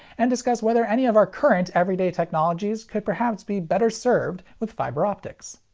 and discuss whether any of our current everyday technologies could perhaps be better served with fiber optics.